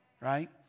right